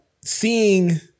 seeing